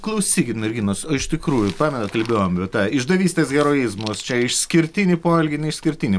klausykit merginos o iš tikrųjų pamenat kalbėjom apie tą išdavystes heroizmus čia išskirtinį poelgį ne išskirtinį